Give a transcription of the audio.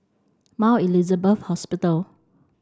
Mount Elizabeth Hospital